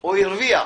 או הרוויח,